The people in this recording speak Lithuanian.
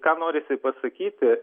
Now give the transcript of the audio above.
ką norisi pasakyti